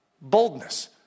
Boldness